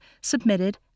submitted